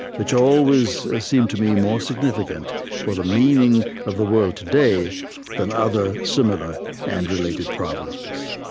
which always seemed to me more significant for the meaning of the world today than other similar and related problems.